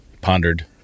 Pondered